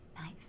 Nice